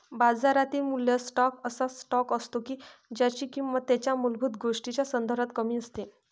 बाजारातील मूल्य स्टॉक असा स्टॉक असतो की ज्यांची किंमत त्यांच्या मूलभूत गोष्टींच्या संदर्भात कमी असते